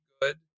good